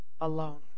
alone